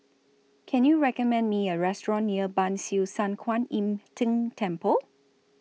Can YOU recommend Me A Restaurant near Ban Siew San Kuan Im Tng Temple